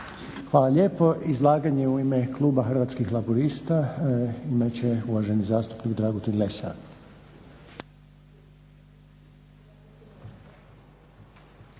Hvala lijepo. Izlaganje u ime kluba Hrvatskih laburista imat će uvaženi zastupnik Dragutin Lesar.